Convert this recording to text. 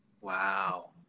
Wow